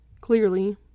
clearly